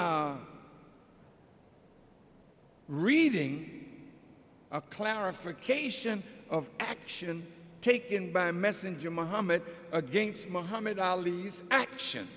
reading a clarification of action taken by messenger mohammad against muhammad ali's action